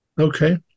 Okay